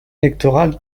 électorale